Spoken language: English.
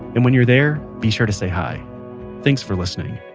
and when you're there, be sure to say hi thanks for listening